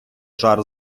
жар